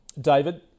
david